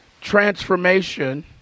transformation